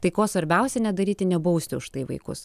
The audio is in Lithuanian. tai ko svarbiausia nedaryti nebausti už tai vaikus